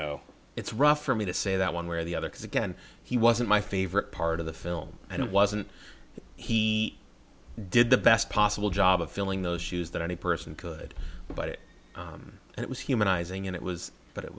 know it's rough for me to say that one way or the other because again he wasn't my favorite part of the film and it wasn't he did the best possible job of filling those shoes that any person could but it was humanizing and it was but it